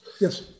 Yes